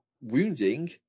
wounding